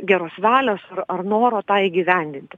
geros valios ar ar noro tą įgyvendinti